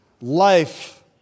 life